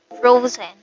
frozen